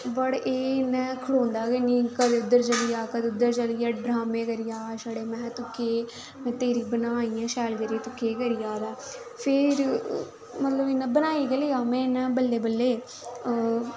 but एह् मैं खड़ो तां गै निं कदें उद्धर चली जा कदें उद्धर चली जा ड्रांमें करी जा छड़े महा तूं केह् में तेरी बना दी आं तूं केह् करी जा दा फिर मतलब इ'यां बनाई गै लेआ में इ'यां बल्ले बल्ले आं